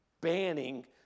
banning